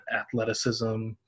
athleticism